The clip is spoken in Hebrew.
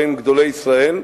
בין גדולי ישראל,